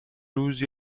usi